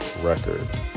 record